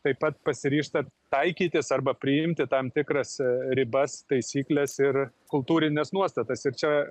taip pat pasiryžta taikytis arba priimti tam tikras ribas taisykles ir kultūrines nuostatas ir čia